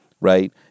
right